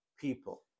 people